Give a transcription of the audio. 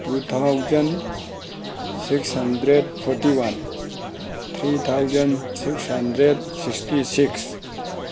two thousand six hundred forty one three thousand six hundred sixty six